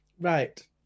Right